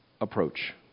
approach